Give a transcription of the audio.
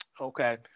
okay